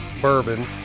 Bourbon